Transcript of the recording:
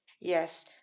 Yes